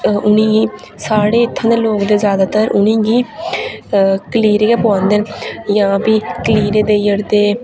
उ'नेंई साढ़े इत्थूं दे फ्लोरे दे जादातर कलीरे गै पुआंदे न जां प्ही कलीरें